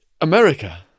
America